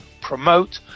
promote